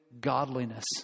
godliness